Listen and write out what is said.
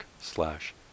slash